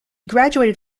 graduated